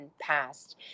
passed